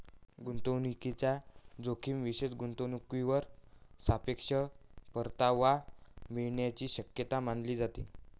गुंतवणूकीचा जोखीम विशेष गुंतवणूकीवर सापेक्ष परतावा मिळण्याची शक्यता मानली जाते